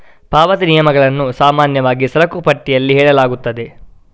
ಪಾವತಿ ನಿಯಮಗಳನ್ನು ಸಾಮಾನ್ಯವಾಗಿ ಸರಕು ಪಟ್ಟಿಯಲ್ಲಿ ಹೇಳಲಾಗುತ್ತದೆ